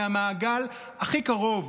מהמעגל הכי קרוב